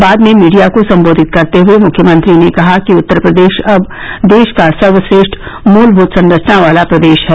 बाद में मीडिया को सम्बोधित करते हये मुख्यमंत्री ने कहा कि उत्तर प्रदेश अब देश का सर्वश्रे ठ मूलभूत संरचना वाला प्रदेश है